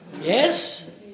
Yes